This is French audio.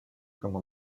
comme